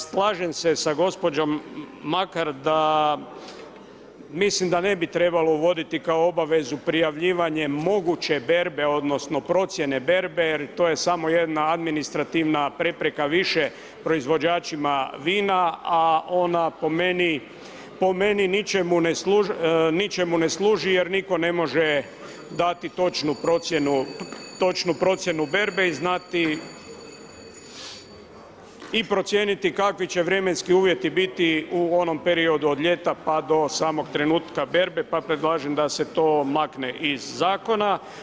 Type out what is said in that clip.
Slažem se sa gospođom Makar, mislim da ne bi trebalo uvidite kao obavezu prijavljivanje moguće berbe, odnosno, procjene berbe, jer to je samo jedna administrativna prepreka više proizvođačima vina, a ona po meni ničemu ne služi, jer nitko ne može dati točnu procjenu berbe i procijeniti kakvi će vremenski uvjeti biti u onom periodu od ljeta pa do samog trenutka berbe, pa predlažem da se to makne iz zakona.